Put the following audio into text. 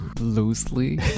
loosely